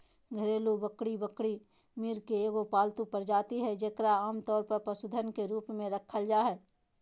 घरेलू बकरी बकरी, मृग के एगो पालतू प्रजाति हइ जेकरा आमतौर पर पशुधन के रूप में रखल जा हइ